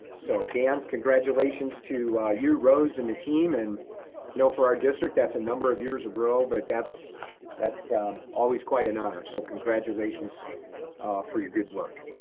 so dan, congratulations to you rose and the team, and know for our district, that's a number of years of row, but that's that's always quite an honor. so congratulations for your good work.